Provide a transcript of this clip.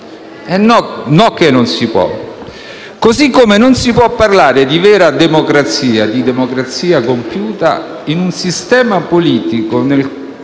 onesti? No, non si può. Così come non si può parlare di vera democrazia, di democrazia compiuta in un sistema politico nel